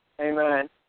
Amen